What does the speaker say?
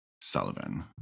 Sullivan